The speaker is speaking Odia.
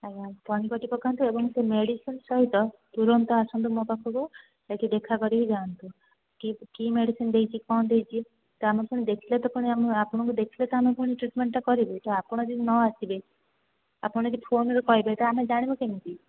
ଆଜ୍ଞା ପାଣି ପଟି ପକାନ୍ତୁ ଏବଂ ସେ ମେଡ଼ିସିନ ସହିତ ତୁରନ୍ତ ଆସନ୍ତୁ ମୋ ପାଖକୁ ଏଠି ଦେଖା କରିକି ଯାଆନ୍ତୁ କି କି ମେଡ଼ିସିନ ଦେଇଛି କ'ଣ ମେଡ଼ିସିନ ଦେଇଛି ତା' ମଧ୍ୟ ଦେଖିଲେ ତ ପୁଣି ମୁଁ ଆପଣଙ୍କୁ ଦେଖିଲେ ତ ଆମେ ଟ୍ରିଟମେଣ୍ଟ କରିବୁ ଆପଣ ଯଦି ନ ଆସିବେ ଆପଣ ଯଦି ଫୋନରେ କହିବେ ତାହେଲେ ଆମେ ଜାଣିବୁ କେମିତି